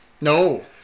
no